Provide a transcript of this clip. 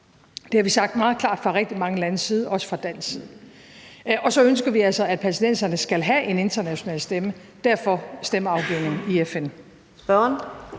Det har vi sagt meget klart fra rigtig mange landes side, også fra dansk side. Og så ønsker vi altså, at palæstinenserne skal have en international stemme. Derfor havde vi den stemmeafgivning i FN.